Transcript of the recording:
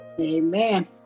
Amen